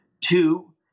Two